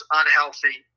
unhealthy